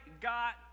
got